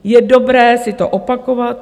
Je dobré si to opakovat.